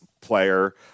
player